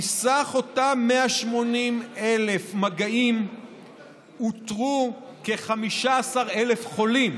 מסך אותם 180,000 מגעים אותרו כ-15,000 חולים,